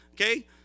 okay